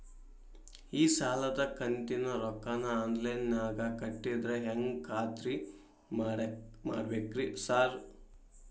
ಈ ಸಾಲದ ಕಂತಿನ ರೊಕ್ಕನಾ ಆನ್ಲೈನ್ ನಾಗ ಕಟ್ಟಿದ್ರ ಹೆಂಗ್ ಖಾತ್ರಿ ಮಾಡ್ಬೇಕ್ರಿ ಸಾರ್?